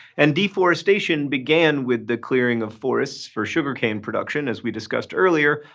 and deforestation began with the clearing of forests for sugar cane production, as we discussed earlier,